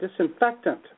disinfectant